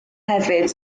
hefyd